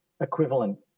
equivalent